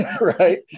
right